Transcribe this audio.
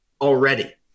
already